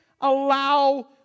allow